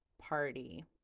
party